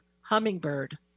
hummingbird